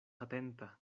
atenta